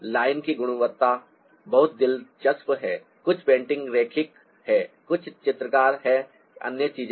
line की गुणवत्ता बहुत दिलचस्प है कुछ पेंटिंग रैखिक हैं कुछ चित्रकार हैं कई अन्य चीजें हैं